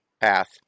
path